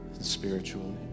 spiritually